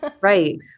Right